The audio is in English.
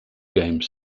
game